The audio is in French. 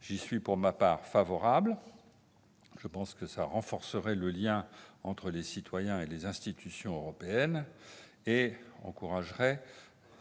J'y suis pour ma part favorable : je pense que cela resserrerait le lien entre les citoyens et les institutions européennes et favoriserait